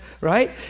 right